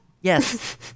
Yes